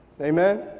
Amen